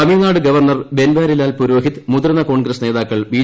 Tamil Nadu governor Banwarilal Purohit മുതിർന്ന കോൺഗ്രസ് നേതാക്കൾ B